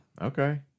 Okay